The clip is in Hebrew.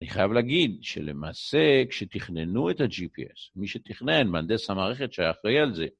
אני חייב להגיד שלמעשה כשתכננו את הג'י.פי.אס, מי שתכנן, מהנדס המערכת שהיה אחראי על זה